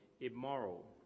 immoral